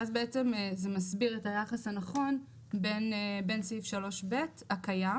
ואז זה מסביר את היחס הנכון בין סעיף 3ב הקיים